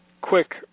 quick